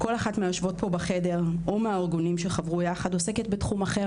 כל אחד מהיושבות פה בחדר או מהארגונים שחברו יחד עוסקת בתחום אחר.